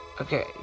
okay